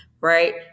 Right